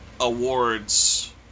awards